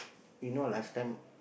you know last time